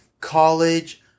college